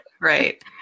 Right